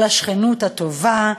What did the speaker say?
על השכנות הטובה,